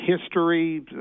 history